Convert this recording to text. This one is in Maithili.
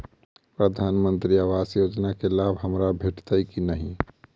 प्रधानमंत्री आवास योजना केँ लाभ हमरा भेटतय की नहि?